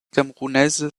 camerounaise